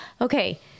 okay